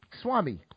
Swami